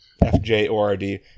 F-J-O-R-D